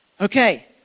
Okay